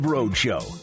Roadshow